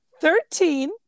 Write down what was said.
Thirteen